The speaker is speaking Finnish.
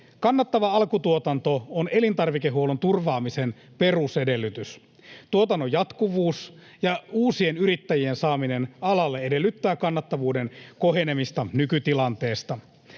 Kannattava alkutuotanto on elintarvikehuollon turvaamisen perusedellytys. Tuotannon jatkuvuus ja uusien yrittäjien saaminen alalle edellyttävät kannattavuuden kohenemista nykytilanteesta.